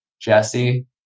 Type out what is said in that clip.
Jesse